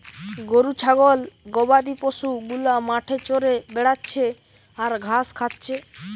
গরু ছাগল গবাদি পশু গুলা মাঠে চরে বেড়াচ্ছে আর ঘাস খাচ্ছে